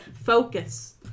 Focus